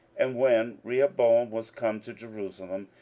and when rehoboam was come to jerusalem,